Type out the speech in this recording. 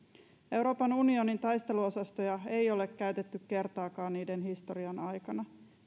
euroopan unionin taisteluosastoja ei ole käytetty kertaakaan niiden historian aikana